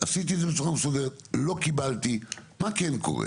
עשיתי את זה בצורה מסודרת, לא קיבלתי, מה כן קורה?